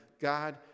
God